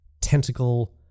tentacle